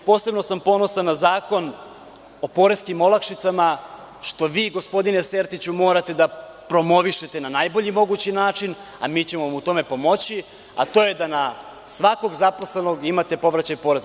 Posebno sam poseban na Zakon o poreskim olakšicama, što vi, gospodine Sertiću, morate da promovišete na najbolji mogući način, a mi ćemo vam u tome pomoći, a to je da na svakog zaposlenog imate povraćaj poreza.